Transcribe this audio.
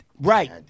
right